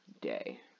day